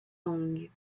langues